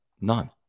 None